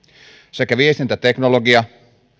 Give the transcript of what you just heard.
sekä viestintäteknologia